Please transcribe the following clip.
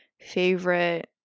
favorite